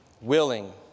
willing